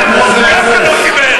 אף אחד לא קיבל.